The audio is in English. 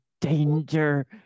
danger